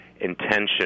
intention